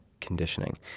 conditioning